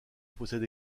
possède